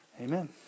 Amen